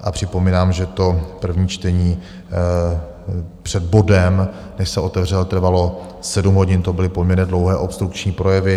A připomínám, že to první čtení před bodem, než se otevřel, trvalo 7 hodin, to byly poměrně dlouhé obstrukční projevy.